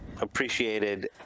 appreciated